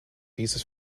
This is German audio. dieses